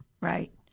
Right